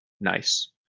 nice